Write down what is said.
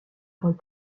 rôles